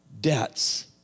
debts